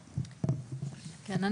כן.